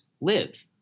live